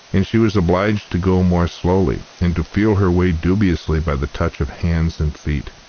and she was obliged to go more slowly, and to feel her way dubiously by the touch of hands and feet.